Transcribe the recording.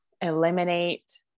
eliminate